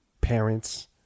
parents